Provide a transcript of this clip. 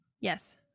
yes